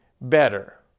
better